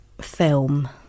Film